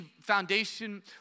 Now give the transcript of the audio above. foundation